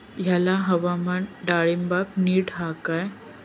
हयला हवामान डाळींबाक नीट हा काय?